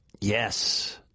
Yes